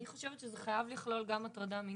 אני חושבת שזה חייב לכלול גם הטרדה מינית,